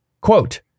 Quote